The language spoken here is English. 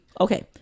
okay